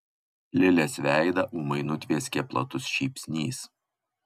lilės veidą ūmai nutvieskė platus šypsnys